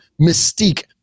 mystique